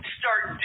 start